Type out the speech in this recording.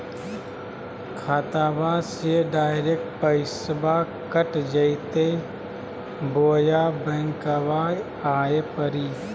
खाताबा से डायरेक्ट पैसबा कट जयते बोया बंकबा आए परी?